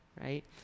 right